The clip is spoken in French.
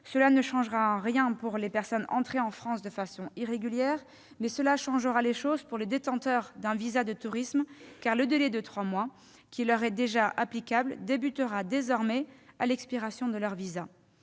Cela ne changera rien pour les personnes entrées en France de façon irrégulière, mais aura une incidence pour les détenteurs d'un visa de tourisme, car le délai de trois mois, qui leur est déjà applicable, commencera désormais à l'expiration de leur visa.